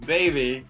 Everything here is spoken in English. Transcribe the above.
Baby